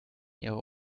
ihrer